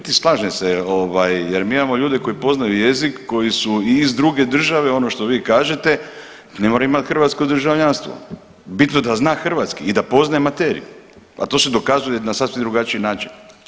U biti slažem se jer ovaj, jer mi imamo ljude koji poznaju jezik, koji su i iz druge države, ono što vi kažete, pa ne mora imati hrvatsko državljanstvo, bitno je da zna hrvatski i da poznaje materiju, a to se dokazuje na sasvim drugačiji način.